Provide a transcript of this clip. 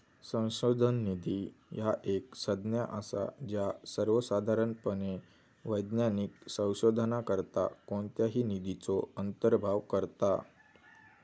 संशोधन निधी ह्या एक संज्ञा असा ज्या सर्वोसाधारणपणे वैज्ञानिक संशोधनाकरता कोणत्याही निधीचो अंतर्भाव करता